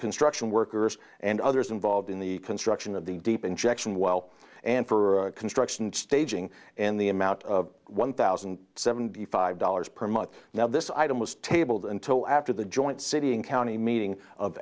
construction workers and others involved in the construction of the deep injection well and for construction staging and the amount of one thousand and seventy five dollars per month now this item was tabled until after the joint city and county meeting of